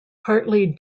partly